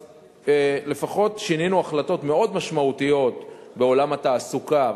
אז לפחות שינינו החלטות מאוד משמעותיות בעולם התעסוקה,